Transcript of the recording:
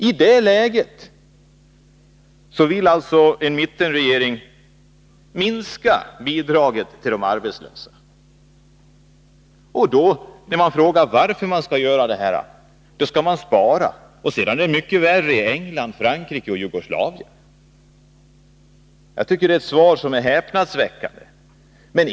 I det läget vill alltså en mittenregering minska bidraget till de arbetslösa. När man frågar varför detta skall ske får man svaret att vi skall spara och att det är mycket värre i England, Frankrike och Jugoslavien. Jag tycker det är ett svar som är häpnadsväckande.